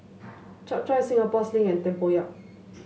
Chap Chai Singapore Sling and tempoyak